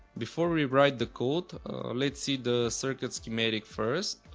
before we write the code let's see the circuit schematic first.